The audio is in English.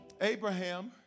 Abraham